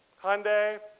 hyundai.